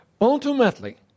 ultimately